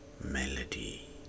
melody